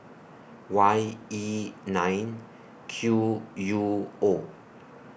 Y E nine Q U O